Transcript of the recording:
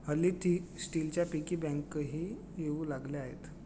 हल्ली स्टीलच्या पिगी बँकाही येऊ लागल्या आहेत